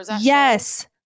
Yes